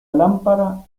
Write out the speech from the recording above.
lámpara